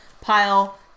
pile